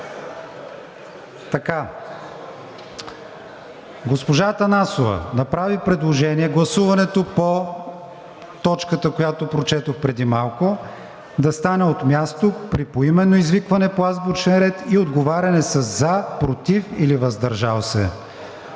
Госпожа Атанасова направи предложение гласуването по точката, която прочетох преди малко, да стане от място при поименно извикване по азбучен ред и отговаряне със за, против или въздържал се.